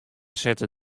sette